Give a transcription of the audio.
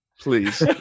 Please